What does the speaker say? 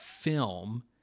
film